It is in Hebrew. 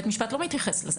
בית משפט לא מתייחס לזה.